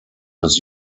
das